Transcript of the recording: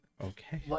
Okay